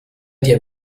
der